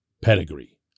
pedigree